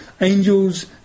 Angels